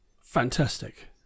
fantastic